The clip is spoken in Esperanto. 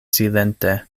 silente